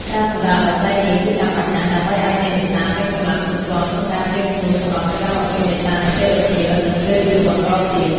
ការសម្រាកដ៏ខ្លីនេះគឺចាំបាច់ណាស់ ដើម្បីឲ្យអ្នកនេសាទមានកម្លាំងគ្រប់គ្រាន់ក្នុងការត្រៀមខ្លួនសម្រាប់សកម្មភាពនេសាទនៅពេលរសៀល និងពេលយប់បន្តទៀត។